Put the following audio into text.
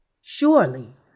Surely